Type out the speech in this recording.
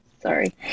Sorry